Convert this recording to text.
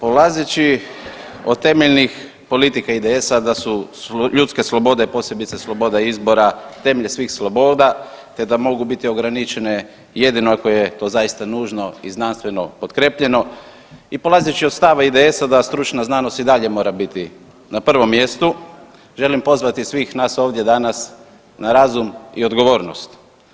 Polazeći od temeljnih politika IDS-a da su ljudske slobode, posebice sloboda izbora temelj svih sloboda, te da mogu biti ograničene jedino ako je to zaista nužno i znanstveno potkrijepljeno i polazeći od stava IDS-a da stručna znanost i dalje mora biti na prvom mjestu želim pozvati svih nas ovdje danas na razum i odgovornost.